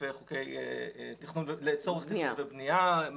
לצורך בנייה.